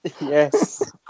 Yes